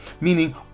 meaning